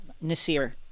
Nasir